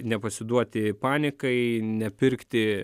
nepasiduoti panikai nepirkti